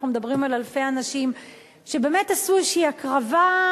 אנחנו מדברים על אלפי אנשים שבאמת עשו איזו הקרבה,